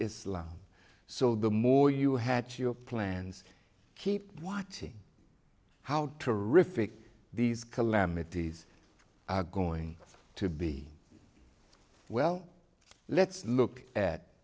islam so the more you had your plans keep watching how to reflect these calamities are going to be well let's look at